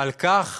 על כך